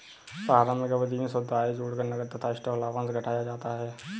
प्रारंभिक अवधि में शुद्ध आय जोड़कर नकद तथा स्टॉक लाभांश घटाया जाता है